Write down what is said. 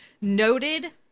noted